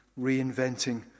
reinventing